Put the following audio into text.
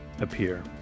appear